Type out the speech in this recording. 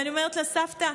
ואני אומרת לה: סבתא,